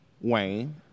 Wayne